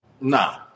Nah